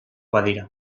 badira